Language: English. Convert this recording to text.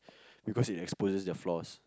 because it exposes their flaws